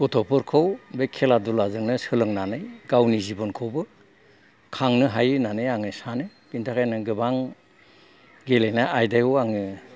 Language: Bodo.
गथ'फोरखौ बे खेला दुलाजोंनो सोलोंनानै गावनि जिबनखौबो खांनो हायो होननानै आं सानो बेनि थाखायनो आङो गोबां गेलेनाय आयदायाव आङो